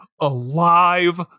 alive